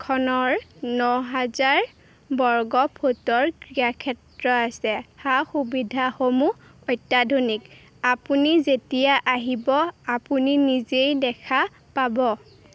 খনৰ ন হাজাৰ বৰ্গফুটৰ ক্ৰীড়াক্ষেত্ৰ আছে সা সুবিধাসমূহ অত্যাধুনিক আপুনি যেতিয়া আহিব আপুনি নিজেই দেখা পাব